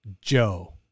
Joe